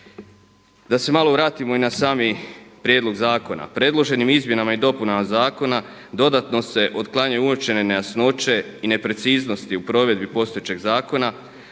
Da se malo vratimo i na sami prijedlog zakona. Predloženim izmjenama i dopunama zakona dodatno se otklanjaju uočene nejasnoće i nepreciznosti u provedbi postojećeg zakona